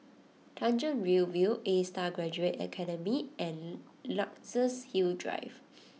Tanjong Rhu View Astar Graduate Academy and Luxus Hill Drive